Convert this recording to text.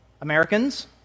Americans